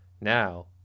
Now